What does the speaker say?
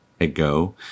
ago